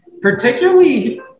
particularly